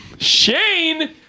Shane